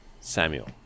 Samuel